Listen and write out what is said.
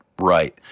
right